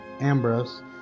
ambrose